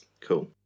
cool